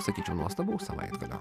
sakyčiau nuostabaus savaitgalio